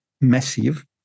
massive